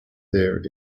there